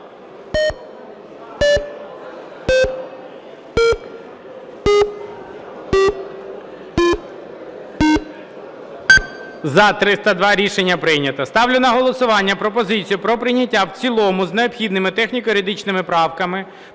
За-302 Рішення прийнято. Ставлю на голосування пропозицію про прийняття в цілому з необхідними техніко-юридичними правками